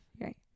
Right